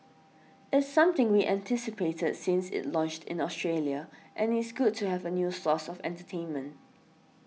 it's something we anticipated since it launched in Australia and it's good to have a new source of entertainment